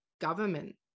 government